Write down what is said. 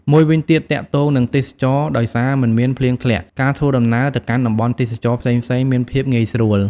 មួយវិញទៀត ទាក់ទងនិងទេសចរណ៍ ដោយសារមិនមានភ្លៀងធ្លាក់ ការធ្វើដំណើរទៅកាន់តំបន់ទេសចរណ៍ផ្សេងៗមានភាពងាយស្រួល។